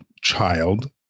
child